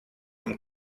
from